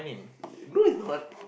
no it's not